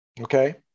okay